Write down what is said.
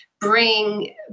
bring